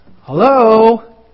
Hello